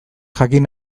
jakin